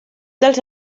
dels